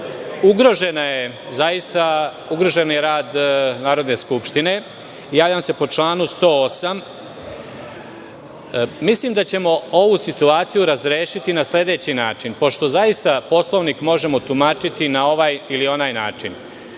druge strane ugrožen je rad Narodne skupštine, javljam se po članu 108. Mislim da ćemo ovu situaciju razrešiti na sledeći način, pošto zaista Poslovnik možemo tumačiti na ovaj ili onaj